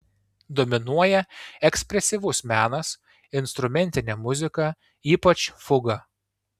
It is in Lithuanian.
dominuoja ekspresyvus menas instrumentinė muzika ypač fuga